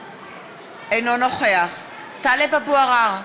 אינו נוכח טלב אבו עראר,